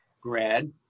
grad